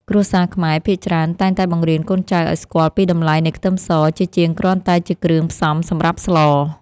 គ្រួសារខ្មែរភាគច្រើនតែងតែបង្រៀនកូនចៅឱ្យស្គាល់ពីតម្លៃនៃខ្ទឹមសជាជាងគ្រាន់តែជាគ្រឿងផ្សំសម្រាប់ស្ល។